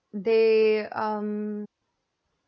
they um